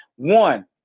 one